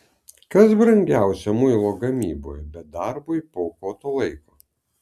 kas brangiausia muilo gamyboje be darbui paaukoto laiko